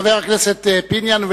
חבר הכנסת פיניאן,